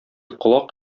колак